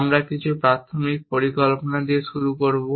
আমরা কিছু প্রাথমিক পরিকল্পনা দিয়ে শুরু করব